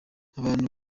abantu